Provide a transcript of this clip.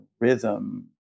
rhythm